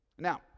Now